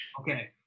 Okay